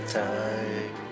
time